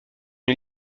une